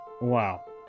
Wow